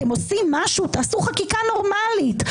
אתם עושים משהו, תעשו חקיקה נורמלית.